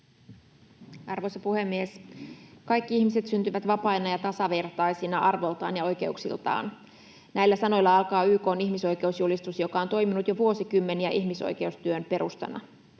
Arvoisa puhemies! Kaikki ihmiset syntyvät vapaina ja tasavertaisina arvoltaan ja oikeuksiltaan. Näillä sanoilla alkaa YK:n ihmisoikeusjulistus, joka on toiminut jo vuosikymmeniä ihmisoikeustyön perustana.